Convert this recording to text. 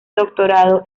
doctorado